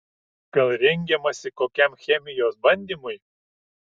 gal rengiamasi kokiam chemijos bandymui